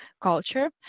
culture